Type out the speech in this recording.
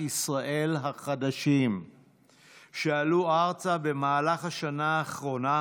ישראל החדשים שעלו ארצה במהלך השנה האחרונה